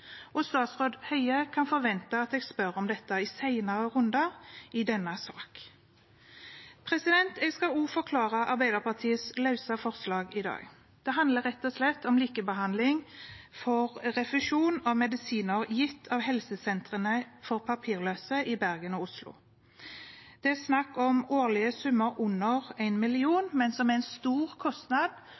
Statsråd Høie kan forvente at jeg spør om dette i senere runder i denne sak. Jeg skal også forklare Arbeiderpartiets løse forslag i dag. Det handler rett og slett om likebehandling for refusjon av medisiner gitt av helsesentrene for papirløse i Bergen og Oslo. Det er snakk om årlige summer på under én million, men det er en stor kostnad